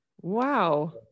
Wow